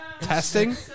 testing